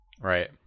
Right